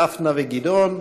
דפנה וגדעון,